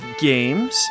games